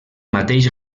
mateix